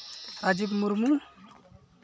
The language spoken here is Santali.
ᱨᱟᱡᱤᱵᱽ ᱢᱩᱨᱢᱩ